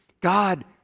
God